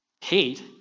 hate